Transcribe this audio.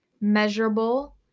measurable